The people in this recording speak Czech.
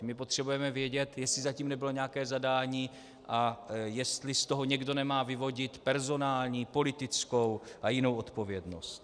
My potřebujeme vědět, jestli za tím nebylo nějaké zadání a jestli z toho někdo nemá vyvodit personální, politickou a jinou odpovědnost.